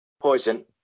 Poison